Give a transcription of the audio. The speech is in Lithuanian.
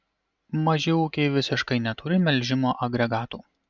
maži ūkiai visiškai neturi melžimo agregatų